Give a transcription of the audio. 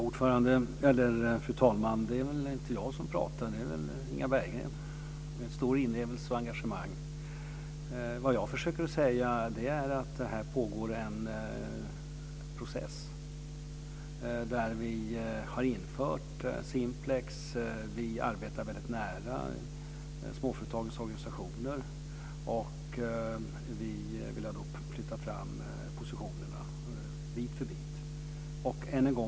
Fru talman! Det är väl inte jag utan Inga Berggren som pratar med stor inlevelse och stort engagemang. Vad jag försöker säga är att det pågår en process där vi har infört Simplex. Vi arbetar väldigt nära småföretagens organisationer. Och vi vill flytta fram positionerna bit för bit.